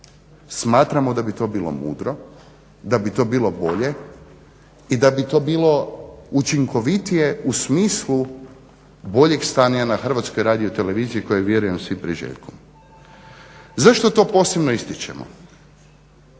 Smatramo da bi to bilo mudro, da bi to bilo bolje i da bi to bilo učinkovitije u smislu boljeg stanja na HRT-u kojeg vjerujem svi priželjkujemo. Zašto to posebno ističemo?